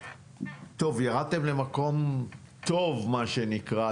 טוב, ירדתם למקום טוב, מה שנקרא.